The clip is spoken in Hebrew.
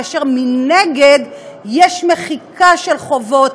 כאשר מנגד יש מחיקה של חובות,